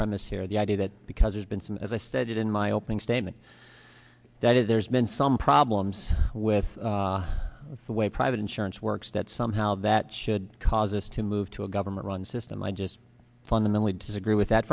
premise here the idea that because there's been some as i said in my opening statement that if there's been some problems with the way private insurance works that somehow that should cause us to move to a government run system i just fundamentally disagree with that